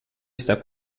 está